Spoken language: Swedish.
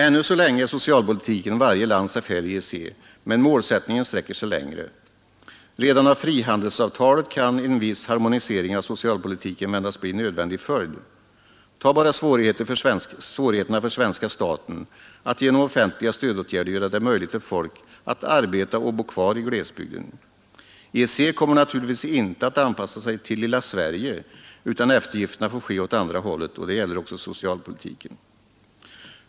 Ännu så länge är socialpolitiken varje lands affär i EEC, men sättningen sträcker sig längre. Redan av frihandelsavtalet kan en viss ”harmonisering” av socialpolitiken väntas bli en nödvändig följd. Ta bara svårigheterna för svenska staten att genom offentliga stödåtgärder göra det möjligt för folk att arbeta och bo kvar i glesbygden. EEC kommer naturligtvis inte att anpassa sig till ”lilla” Sverige, utan eftergifterna får ske åt andra hållet, och det gäller också socialpolitiken.